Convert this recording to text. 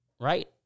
Right